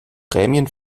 prämien